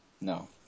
No